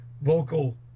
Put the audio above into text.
Vocal